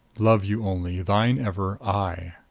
love you only. thine ever. aye.